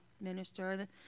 minister